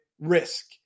risk